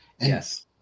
Yes